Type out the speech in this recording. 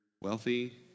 wealthy